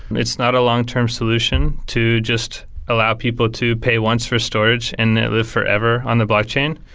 it's not a long-term solution to just allow people to pay once for storage and then live forever on the block chain.